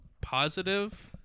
positive